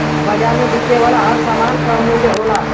बाज़ार में बिके वाला हर सामान क मूल्य होला